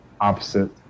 opposite